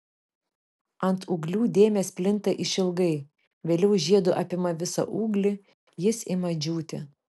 ant ūglių dėmės plinta išilgai vėliau žiedu apima visą ūglį jis ima džiūti